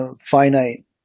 finite